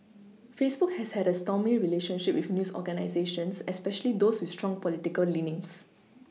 Facebook has had a stormy relationship with news organisations especially those with strong political leanings